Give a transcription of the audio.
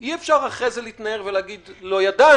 אי אפשר לאחר מכן להתנער ולהגיד לא ידענו.